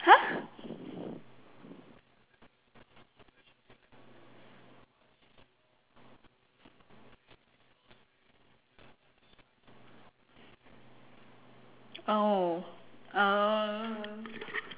!huh! oh uh